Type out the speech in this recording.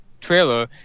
trailer